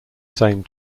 same